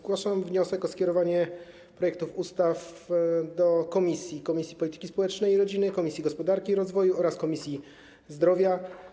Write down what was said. Zgłaszam wniosek o skierowanie projektów ustaw do komisji: Komisji Polityki Społecznej i Rodziny, Komisji Gospodarki i Rozwoju oraz Komisji Zdrowia.